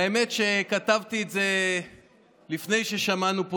והאמת היא שכתבתי את זה לפני ששמענו פה